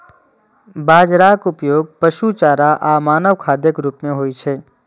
बाजराक उपयोग पशु चारा आ मानव खाद्यक रूप मे होइ छै